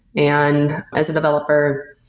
and as a developer,